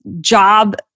job